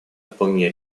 вполне